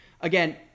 Again